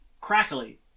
crackly